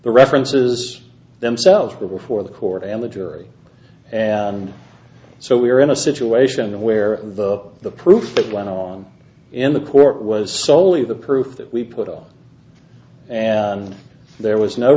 the references themselves before the court and the jury and so we are in a situation where the the proof it went on in the court was solely the proof that we put on and there was no